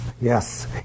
Yes